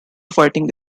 fighting